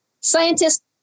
scientists